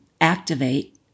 activate